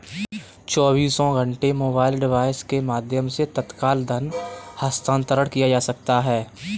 चौबीसों घंटे mobile device के माध्यम से तत्काल धन हस्तांतरण किया जा सकता है